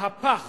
מהפך